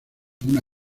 una